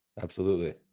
absolutely.